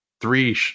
three